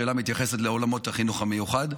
השאלה מתייחסת לעולמות החינוך המיוחד,